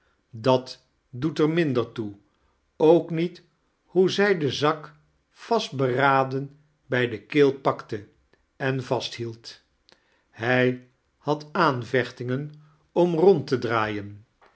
dat doet er minder toe ook niet hoe zij den zak vastberaden bij de keel pakte en vastbield hij had aanvechtingen om rond te draaien